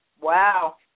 Wow